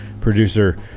producer